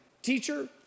Teacher